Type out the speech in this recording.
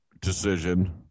decision